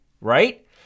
right